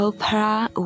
Oprah